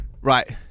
Right